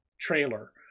trailer